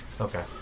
Okay